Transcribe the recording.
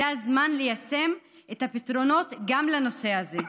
זה הזמן ליישם את הפתרונות גם בנושא הזה,